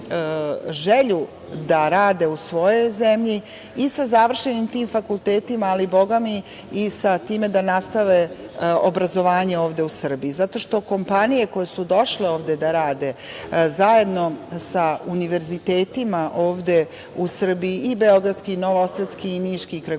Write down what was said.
da rade u svojoj zemlji i sa završenim tim fakultetima, ali i sa time da nastave obrazovanje ovde u Srbiji, zato što kompanije koje su došle ovde da rade, zajedno sa univerzitetima ovde u Srbiji, i beogradski i novosadski i niški i kragujevački,